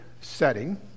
setting